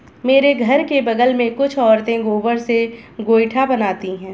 मेरे घर के बगल में कुछ औरतें गोबर से गोइठा बनाती है